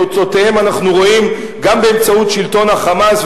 תוצאותיהן אנחנו רואים גם באמצעות שלטון ה"חמאס",